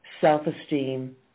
self-esteem